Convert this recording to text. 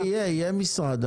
יהיה משרד.